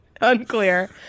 Unclear